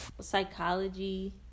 psychology